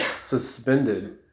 suspended